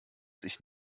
sich